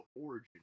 origin